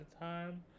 time